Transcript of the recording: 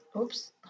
oops